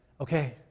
okay